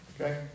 Okay